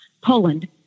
Poland